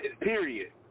Period